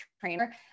trainer